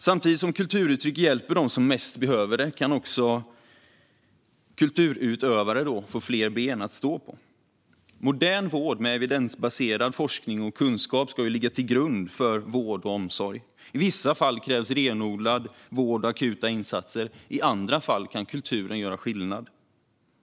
Samtidigt som kulturuttryck hjälper dem som mest behöver det kan kulturutövare få fler ben att stå på. Modern vård med evidensbaserad forskning och kunskap ska ligga till grund för vård och omsorg. I vissa fall krävs renodlad vård och akuta insatser. I andra fall kan kulturen göra skillnad.